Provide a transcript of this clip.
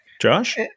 Josh